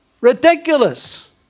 ridiculous